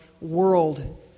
world